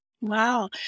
Wow